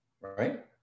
Right